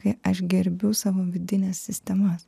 kai aš gerbiu savo vidines sistemas